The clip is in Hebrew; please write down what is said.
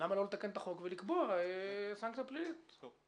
לקבוע סנקציה פלילית לגביהן.